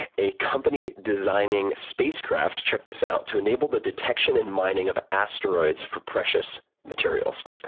and a company designing spacecraft check this out to enable the detection and mining of asteroids for precious materials.